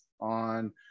on